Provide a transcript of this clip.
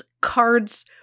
cards